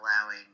allowing